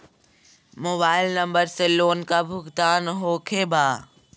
Mobile number से loan का भुगतान होखे बा?